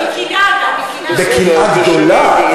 מקנאה אתה מדבר.